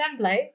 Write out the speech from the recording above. template